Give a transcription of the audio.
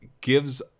gives